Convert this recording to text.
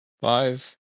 five